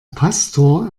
pastor